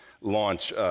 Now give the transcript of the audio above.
launch